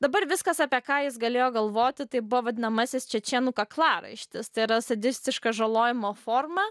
dabar viskas apie ką jis galėjo galvoti tai buvo vadinamasis čečėnų kaklaraištis tai yra sadistiška žalojimo forma